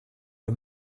pas